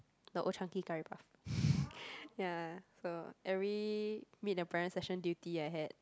the Old-Chang-Kee curry puff ya so every meet the parent session duty I had